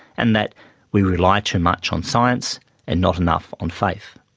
and that we rely too much on science and not enough on faith.